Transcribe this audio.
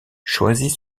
choisit